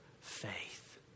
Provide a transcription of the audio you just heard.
faith